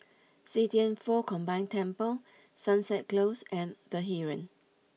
See Thian Foh Combined Temple Sunset Close and the Heeren